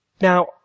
Now